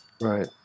Right